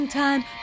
time